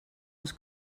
els